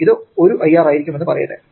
ഇത് ഒരു IR ആയിരിക്കുമെന്ന് പറയട്ടെ